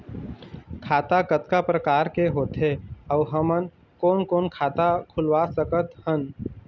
खाता कतका प्रकार के होथे अऊ हमन कोन कोन खाता खुलवा सकत हन?